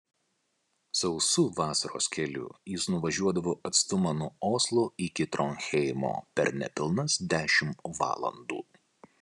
sausu vasaros keliu jis nuvažiuodavo atstumą nuo oslo iki tronheimo per nepilnas dešimt valandų